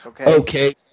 Okay